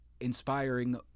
inspiring